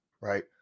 right